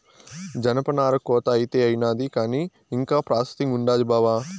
జనపనార కోత అయితే అయినాది కానీ ఇంకా ప్రాసెసింగ్ ఉండాది బావా